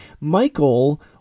Michael